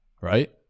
right